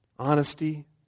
Honesty